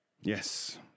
Yes